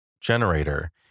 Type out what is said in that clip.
generator